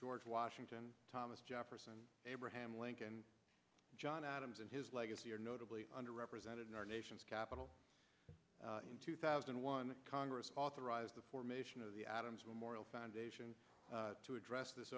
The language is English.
george washington thomas jefferson abraham lincoln john adams and his legacy are notably under represented in our nation's capital in two thousand and one the congress authorized the formation of the adams memorial foundation to address this